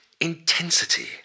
intensity